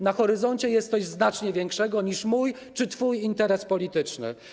Na horyzoncie jest coś znacznie większego niż mój czy twój interes polityczny.